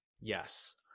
yes